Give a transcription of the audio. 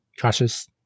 cautious